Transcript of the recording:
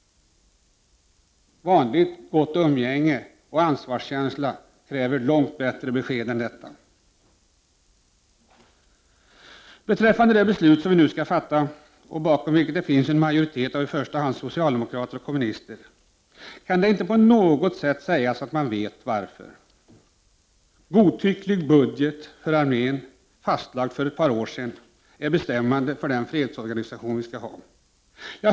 Vanligt gott umgängessätt och ansvarskänsla kräver långt bättre besked än detta. När det gäller det beslut som vi nu skall fatta — och bakom vilket det kom mer att finnas en majoritet av i första hand socialdemokrater och kommunister — kan det inte på något sätt sägas att man vet varför. En godtycklig budget för armén som är fastlagd för ett par år sedan är bestämmande för den fredsorganisation vi skall ha.